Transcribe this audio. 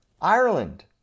Ireland